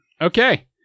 Okay